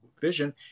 vision